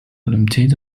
limited